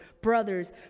brothers